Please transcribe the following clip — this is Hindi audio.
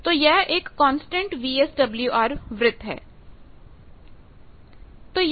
तो यह एक कांस्टेंट VSWR वृत्त है